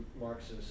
Marxist